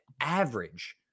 average